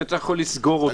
שצריך לסגור אותו.